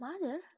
Mother